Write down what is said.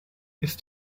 ist